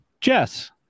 jess